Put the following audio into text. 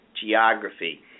geography